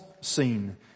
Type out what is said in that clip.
seen